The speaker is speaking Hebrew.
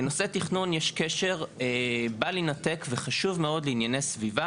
לנושא תכנון יש קשר בל יינתק וחשוב מאוד לענייני סביבה